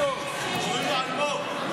קוראים לו אלמוג.